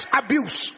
abuse